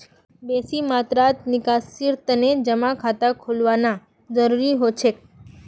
बेसी मात्रात निकासीर तने जमा खाता खोलवाना जरूरी हो छेक